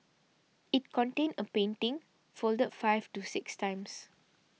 it contained a painting folded five to six times